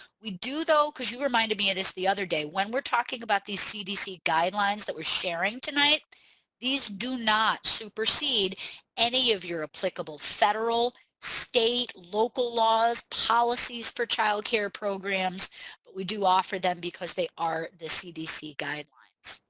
we do though because you reminded me of this the other day when we're talking about these cdc guidelines that we're sharing tonight these do not supersede any of your applicable federal, state, local laws or policies for child care programs but we do offer them because they are the cdc guidelines.